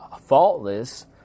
faultless